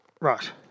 Right